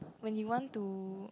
when you want to